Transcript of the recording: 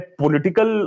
political